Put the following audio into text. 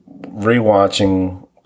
rewatching